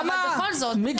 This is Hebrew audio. נעמה, נעמה.